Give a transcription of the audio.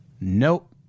Nope